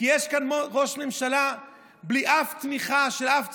כי יש כאן ראש ממשלה בלי אף תמיכה של שום ציבור.